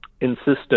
insistent